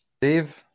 Dave